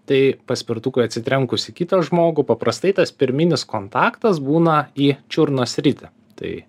tai paspirtukui atsitrenkus į kitą žmogų paprastai tas pirminis kontaktas būna į čiurnos sritį tai